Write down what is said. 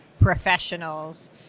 professionals